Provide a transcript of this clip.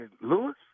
Lewis